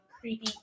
creepy